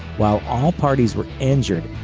while all parties were injured,